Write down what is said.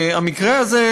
והמקרה הזה,